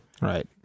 Right